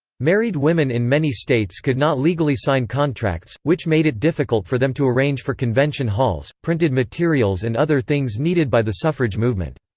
married women in many states could not legally sign contracts, which made it difficult for them to arrange for convention halls, printed materials and other things needed by the suffrage movement.